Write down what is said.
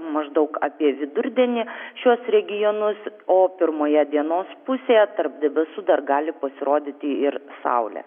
maždaug apie vidurdienį šiuos regionus o pirmoje dienos pusėje tarp debesų dar gali pasirodyti ir saulė